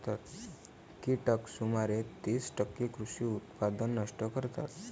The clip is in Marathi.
कीटक सुमारे तीस टक्के कृषी उत्पादन नष्ट करतात